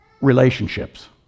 Relationships